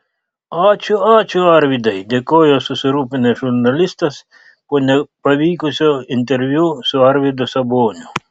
ačiū ačiū arvydai dėkojo susirūpinęs žurnalistas po nepavykusio interviu su arvydu saboniu